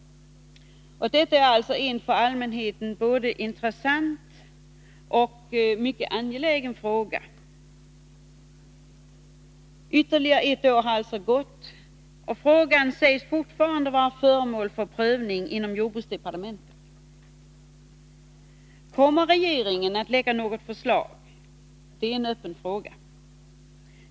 Och detta är en för allmänheten både intressant och mycket angelägen fråga. Ytterligare ett år har alltså gått, och frågan sägs fortfarande vara föremål för prövning inom jordbruksdepartementet. Kommer regeringen att lägga fram något förslag? Det är en öppen fråga.